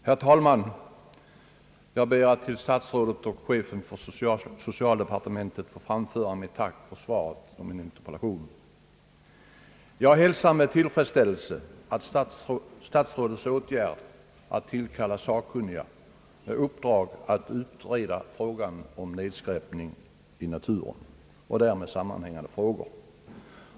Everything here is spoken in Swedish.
Herr talman! Jag ber att till statsrådet och chefen för socialdepartemen tet få framföra mitt tack för svaret på min interpellation. Jag hälsar med tillfredsställelse statsrådets åtgärd att tillkalla sakkunniga med uppdrag att utreda frågan om nedskräpning i naturen och därmed sammanhängande frågor.